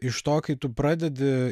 iš to kai tu pradedi